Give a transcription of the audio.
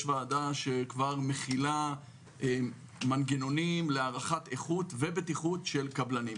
יש ועדה שכבר מכילה מנגנונים להערכת איכות ובטיחות של קבלנים.